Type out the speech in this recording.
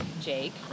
Jake